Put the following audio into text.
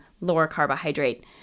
lower-carbohydrate